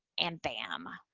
and bam,